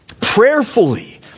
prayerfully